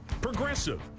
Progressive